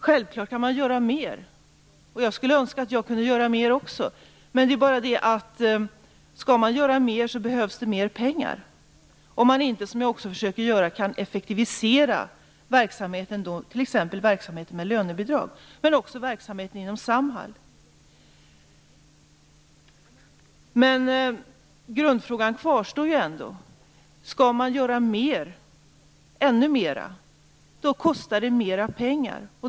Självfallet kan man göra mera. Jag önskar att också jag kunde göra mera. Men skall man göra mera behövs det mer pengar, om man inte kan effektivisera verksamheter, t.ex. verksamheten med lönebidrag och verksamheten inom Samhall. Grundfrågan kvarstår ändå. Skall man göra ännu mera kostar det mer pengar.